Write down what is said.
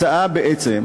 מה ההצעה אומרת?